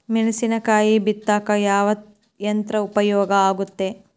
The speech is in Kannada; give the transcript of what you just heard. ಮೆಣಸಿನಕಾಯಿ ಬಿತ್ತಾಕ ಯಾವ ಯಂತ್ರ ಉಪಯೋಗವಾಗುತ್ತೆ?